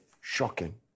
shocking